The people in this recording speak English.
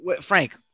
Frank